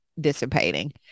Dissipating